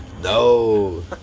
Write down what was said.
No